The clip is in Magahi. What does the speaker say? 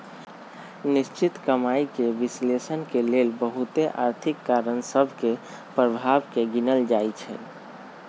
निश्चित कमाइके विश्लेषण के लेल बहुते आर्थिक कारण सभ के प्रभाव के गिनल जाइ छइ